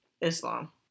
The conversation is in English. Islam